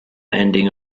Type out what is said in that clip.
ending